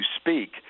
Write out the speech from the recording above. speak